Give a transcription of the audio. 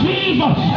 Jesus